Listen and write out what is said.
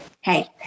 Hey